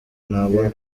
ntabona